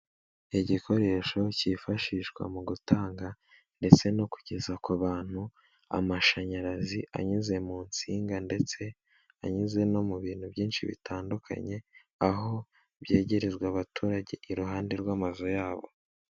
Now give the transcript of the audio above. Igikoresho cy'ifashishwa mu gutanga ndetse no kugeza ku bantu amashanyarazi anyuze mu nsinga ndetse anyuze no mu bintu byinshi bitandukanye aho byegerezwa abaturage iruhande rw'amazu yabo.